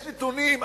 יש נתונים,